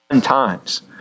times